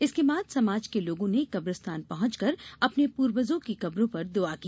इसके बाद समाज के लोगों ने कब्रिस्तान पहुंचकर अपने पूर्वजों की कब्रों पर दुआ की